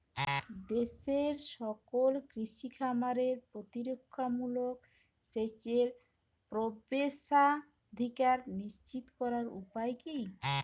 দেশের সকল কৃষি খামারে প্রতিরক্ষামূলক সেচের প্রবেশাধিকার নিশ্চিত করার উপায় কি?